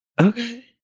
Okay